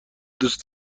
دوست